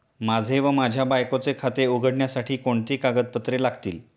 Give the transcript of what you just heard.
माझे व माझ्या बायकोचे खाते उघडण्यासाठी कोणती कागदपत्रे लागतील?